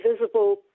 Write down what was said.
visible